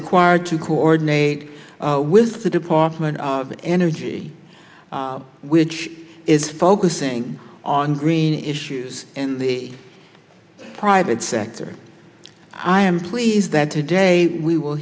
required to coordinate with the department of energy which is focusing on green issues in the private sector i am pleased that today we will